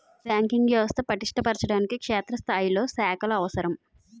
banking వ్యవస్థ పటిష్ట పరచడానికి క్షేత్రస్థాయిలో శాఖలు అవసరం